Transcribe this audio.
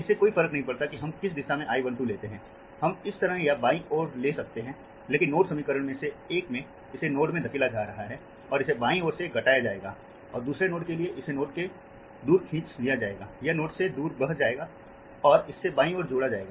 इससे कोई फर्क नहीं पड़ता कि हम किस दिशा में I 1 2 लेते हैंहम इस तरह या बाईं ओर ले सकते थे लेकिन नोड समीकरणों में से एक में इसे नोड में धकेला जा रहा है और इसे बाईं ओर से घटाया जाएगाऔर दूसरे नोड के लिए इसे नोड से दूर खींच लिया जाएगा यह नोड से दूर बह जाएगा और इसे बाईं ओर जोड़ा जाएगा